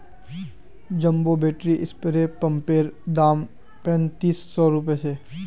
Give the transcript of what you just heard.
jumbo battery spray पंपैर दाम पैंतीस सौ छे